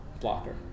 blocker